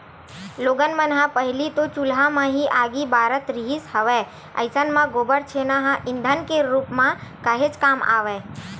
लोगन मन ह पहिली तो चूल्हा म ही आगी बारत रिहिस हवय अइसन म गोबर छेना ह ईधन के रुप म काहेच काम आवय